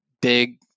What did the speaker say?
big